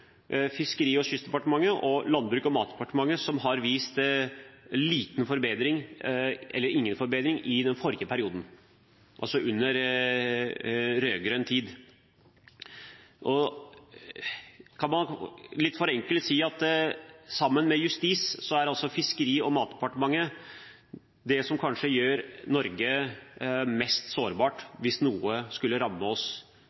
Fiskeri- og kystdepartementet og Landbruks- og matdepartementet, som har vist liten eller ingen forbedring i den forrige perioden, altså i rød-grønn tid. Man kan litt forenklet si at sammen med Justisdepartementet er Fiskeri- og matdepartementet det som kanskje gjør Norge mest sårbart hvis noe skulle ramme oss